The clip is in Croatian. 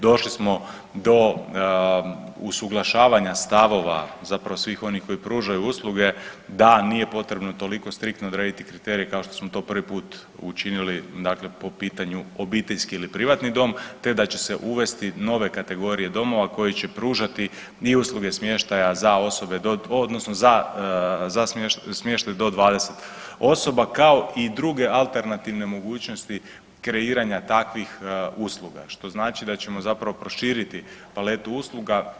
Došli smo do usuglašavanja stavova zapravo svih onih koji pružaju usluge da nije potrebno toliko striktno odrediti kriterije kao što smo to prvi put učinili dakle po pitanju obiteljski ili privatni dom te da će se uvesti nove kategorije domova koji će pružati i usluge smještaja za osobe do .../nerazumljivo/... odnosno za smještaj do 20 osoba, kao i druge alternativne mogućnosti kreiranja takvih usluga, što znači da ćemo zapravo prošiti paletu usluga.